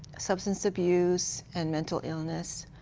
substance abuse, and mental illness,